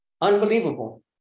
Unbelievable